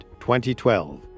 2012